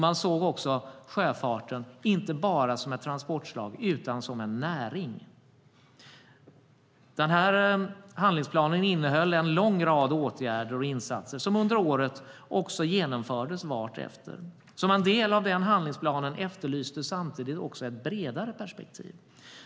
Man såg också sjöfarten inte bara som ett transportslag utan som en näring. Handlingsplanen innehöll en lång rad åtgärder och insatser som under året också genomfördes vartefter. Som en del av den handlingsplanen efterlystes samtidigt ett bredare perspektiv.